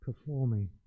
performing